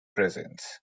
presence